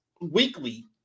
weekly